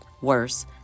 Worse